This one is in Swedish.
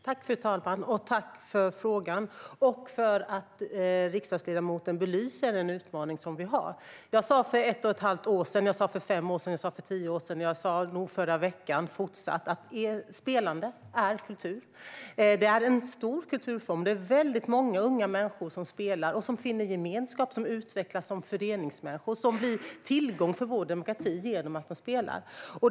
Fru talman! Tack för frågan och för att riksdagsledamoten belyser en utmaning som vi har! Jag sa det för ett och ett halvt år sedan, för fem år sedan, för tio år sedan och säkert i förra veckan: Spelande är kultur. Det är en stor kulturform. Det är många unga människor som spelar, finner gemenskap, utvecklas som föreningsmänniskor och blir en tillgång för vår demokrati genom att de spelar.